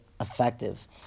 effective